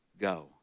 go